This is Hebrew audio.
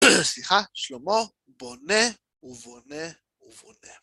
סליחה, שלמה, בונה ובונה ובונה.